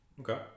Okay